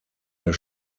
der